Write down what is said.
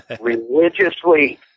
religiously